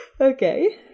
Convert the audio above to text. Okay